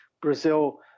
Brazil